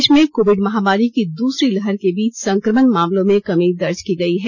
देश में कोविड महामारी की दूसरी लहर के बीच संक्रमण मामलों में कमी दर्ज की गई है